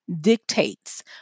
dictates